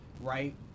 Right